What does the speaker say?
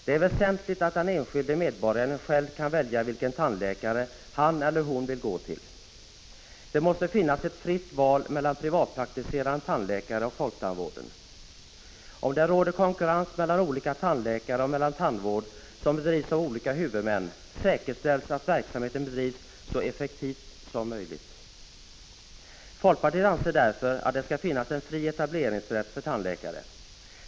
Det är väsentligt att den enskilda medborgaren själv kan välja vilken tandläkare han eller hon vill gå till. Det måste finnas ett fritt val mellan privatpraktiserande tandläkare och folktandvården. Om det råder konkurrens mellan olika tandläkare och mellan tandvård som bedrivs av olika huvudmän, säkerställs det att verksamheten bedrivs så effektivt som möjligt. Folkpartiet anser att det skall finnas fri etableringsrätt för tandläkare.